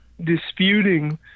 disputing